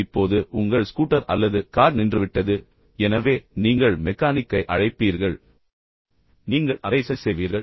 இப்போது உங்கள் ஸ்கூட்டர் நின்றுவிட்டது அல்லது கார் நின்றுவிட்டது எனவே நீங்கள் மெக்கானிக்கை அழைப்பீர்கள் என்று உங்களுக்குத் தெரியும் நீங்கள் அதை சரிசெய்வீர்கள்